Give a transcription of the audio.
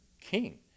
King